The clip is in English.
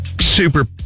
Super